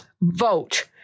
Vote